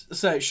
say